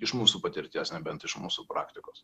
iš mūsų patirties nebent iš mūsų praktikos